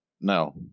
No